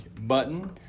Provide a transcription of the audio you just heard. button